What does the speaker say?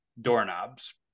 doorknobs